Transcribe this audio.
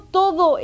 todo